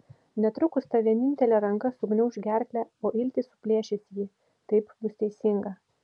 netrukus ta vienintelė ranka sugniauš gerklę o iltys suplėšys jį taip bus teisinga